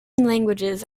languages